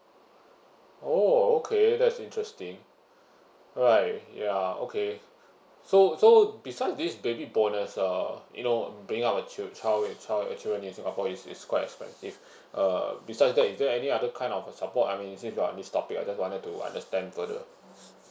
oh okay that is interesting right ya okay so so beside this baby bonus uh you know mm bring up a chil~ child child children in singapore is is quite expensive uh besides that is there any other kind of uh support I mean since we are in this topic I just wanted to understand further